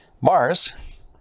Mars